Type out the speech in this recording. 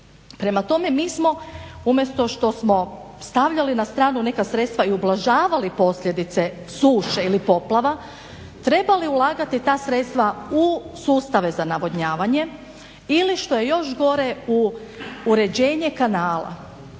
Prema tome, mi smo umjesto što smo stavljali na stranu neka sredstva i ublažavali posljedice suše ili poplava trebali ulagati ta sredstva u sustave za navodnjavanje ili što je još gore u uređenje kanala.